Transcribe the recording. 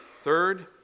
Third